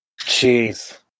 Jeez